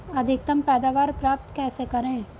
अधिकतम पैदावार प्राप्त कैसे करें?